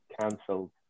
cancelled